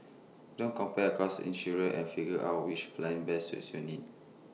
don't compare across insurers and figure out which plan best suits your needs